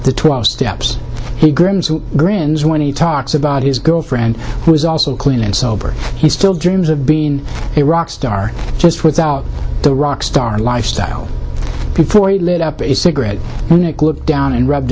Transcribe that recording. the twelve steps he grooms who grins when he talks about his girlfriend who is also clean and sober he still dreams of being a rock star just without the rock star lifestyle before he lit up a cigarette when nick looked down and rubbed